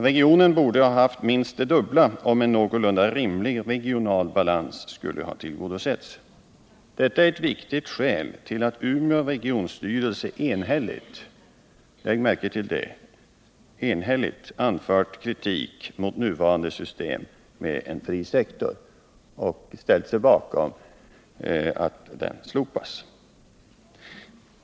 Regionen borde ha fått minst det dubbla för att kravet på en någorlunda rimlig regional balans skulle ha kunnat tillgodoses. Detta är ett viktigt skäl till att Umeå regionstyrelse enhälligt — märk väl enhälligt — anfört kritik mot det nuvarande systemet med en fri sektor och ställt sig bakom förslaget att detta skall slopas.